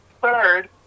Third